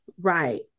Right